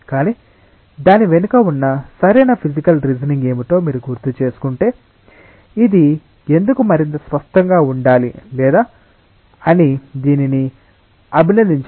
కానీ దాని వెనుక ఉన్న సరైన ఫిసికల్ రిసనింగ్ ఏమిటో మీరు గుర్తుచేసుకుంటే ఇది ఎందుకు మరింత స్పష్టంగా ఉండాలి లేదా అని దీనిని అభినందించడం చాలా సులభం